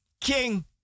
King